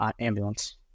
ambulance